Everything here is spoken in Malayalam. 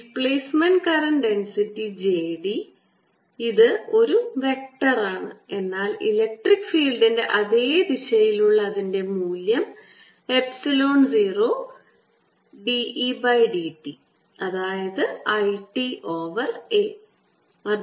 ഡിസ്പ്ലേസ്മെന്റ് കറന്റ് ഡെൻസിറ്റി jd ഇത് ഒരു വെക്റ്ററാണ് എന്നാൽ ഇലക്ട്രിക് ഫീൽഡിന്റെ അതേ ദിശയിലുള്ള അതിൻറെ മൂല്യം epsilon 0 d E by d t അതായത് I t ഓവർ A